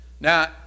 Now